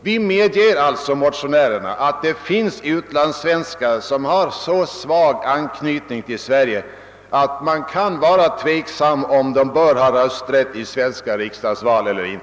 Vi motionärer medger sålunda att det finns utlandssvenskar som har så svag anknytning till Sverige att man kan vara tveksam om huruvida de bör ha rösträtt i svenska riksdagsval.